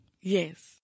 Yes